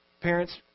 Parents